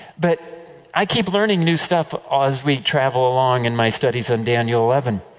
but i keep learning new stuff as we travel along, in my studies on daniel eleven.